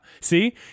See